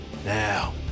Now